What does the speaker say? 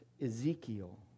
Ezekiel